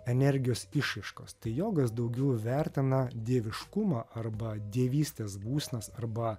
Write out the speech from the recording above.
energijos išraiškos tai jogas daugiau vertina dieviškumą arba dievystės būsenas arba